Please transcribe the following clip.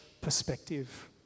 perspective